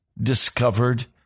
discovered